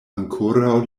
ankoraŭ